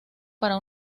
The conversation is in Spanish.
para